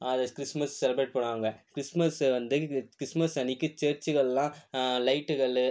அது Christmas celebrate பண்ணுவாங்க Christmas வந்து கிறிஸ்மஸ் அன்றைக்கி சர்ச்சுகலா லைட்டுகளு